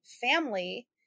family